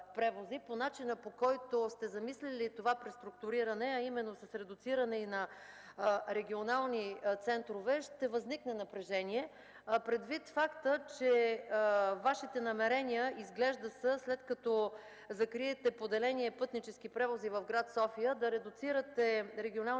По начина, по който сте замислили това преструктуриране, а именно с редуциране и на регионални центрове, ще възникне напрежение. Предвид факта, че Вашите намерения изглежда са след като закриете поделение „Пътнически превози” в гр. София да редуцирате регионалните центрове